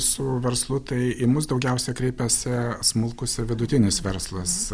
su verslu tai į mus daugiausia kreipiasi smulkus ir vidutinis verslas